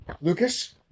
lucas